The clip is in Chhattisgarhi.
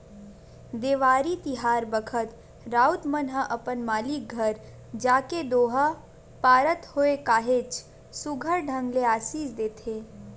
देवारी तिहार बखत राउत मन ह अपन मालिक घर जाके दोहा पारत होय काहेच सुग्घर ढंग ले असीस देथे